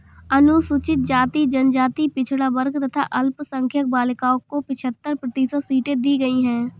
अनुसूचित जाति, जनजाति, पिछड़ा वर्ग तथा अल्पसंख्यक बालिकाओं को पचहत्तर प्रतिशत सीटें दी गईं है